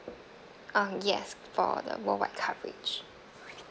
um yes for the worldwide coverage